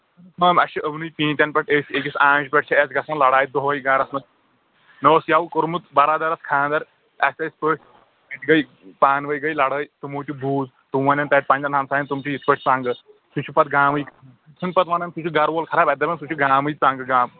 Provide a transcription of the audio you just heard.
کٲم اَسہِ چھِ یِمنٕے پیٖنٛتٮ۪ن پٮ۪ٹھ أسۍ أکِس آنٛچہِ پٮ۪ٹھ چھِ اَسہِ گَژھان لڑاے دۄہَے گَرَس مےٚ اوس یَوٕ کوٚرمُت بَرادَرَس خانٛدَر اَسہِ ٲسۍ پٔژھۍ گٔے پانہٕ ؤنۍ گٔے لڑٲے تِمو تہِ بوٗز تِم وَنن تَتہِ پنٛنٮ۪ن ہَمسایَن تِم چھِ یِتھ پٲٹھۍ پنٛگہٕ سُہ چھُ پَتہٕ گامٕےٕ چھنہٕ پَتہٕ وَنان سُہ چھُ گَرٕ وول خَراب اَتہِ دَپان سُہ چھُ گامٕے ژَنٛگہٕ گام